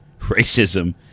racism